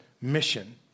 mission